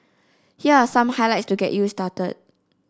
here are some highlights to get you started